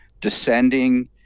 descending